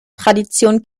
tradition